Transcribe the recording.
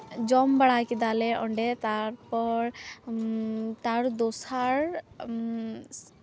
ᱡᱚᱢ ᱵᱟᱲᱟ ᱠᱮᱫᱟᱞᱮ ᱚᱸᱰᱮ ᱛᱟᱨᱯᱚᱨ ᱛᱟᱨ ᱫᱚᱥᱟᱨ